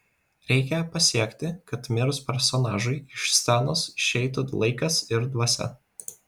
reikia pasiekti kad mirus personažui iš scenos išeitų laikas ir dvasia